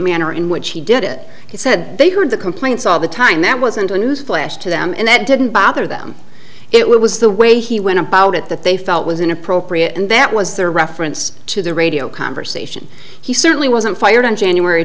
manner in which he did it he said they heard the complaints all the time that wasn't a news flash to them and that didn't bother them it was the way he went about it that they felt was inappropriate and that was their reference to the radio conversation he certainly wasn't fired on january